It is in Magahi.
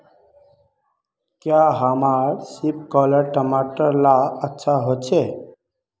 क्याँ हमार सिपकलर टमाटर ला अच्छा होछै?